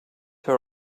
her